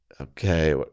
Okay